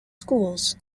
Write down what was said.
schools